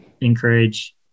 encourage